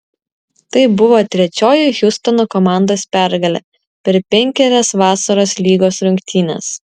tai buvo trečioji hjustono komandos pergalė per penkerias vasaros lygos rungtynes